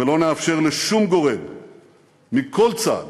אנחנו מדינת חוק, ולא נאפשר לשום גורם מכל צד